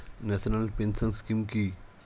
National pension scheme কি?